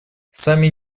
сами